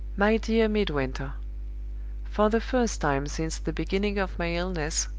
my dear midwinter for the first time since the beginning of my illness,